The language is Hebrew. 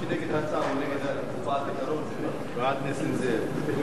ההצעה שלא לכלול את הנושא בסדר-היום של הכנסת נתקבלה.